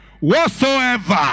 Whatsoever